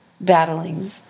battling